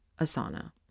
Asana